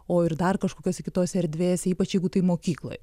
o ir dar kažkokiose kitose erdvėse ypač jeigu tai mokykloj